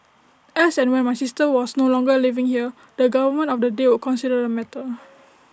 as and when my sister was no longer living there the government of the day would consider the matter